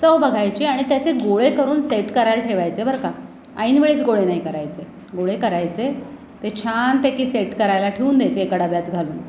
चव बघायची आणि त्याचे गोळे करून सेट करायला ठेवायचे बरं का ऐन वेळेस गोळे नाही करायचे गोळे करायचे ते छानपैकी सेट करायला ठेऊन द्यायचे एका डब्यात घालून